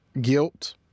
guilt